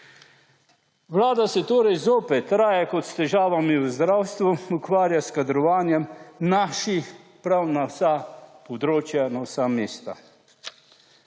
Vlada se torej zopet raje kot s težavami v zdravstvu ukvarja s kadrovanjem naših prav na vsa področja, na vsa mesta.